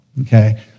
Okay